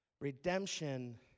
redemption